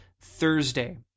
Thursday